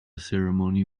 ceremony